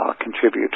contribute